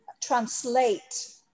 translate